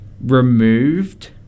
removed